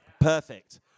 Perfect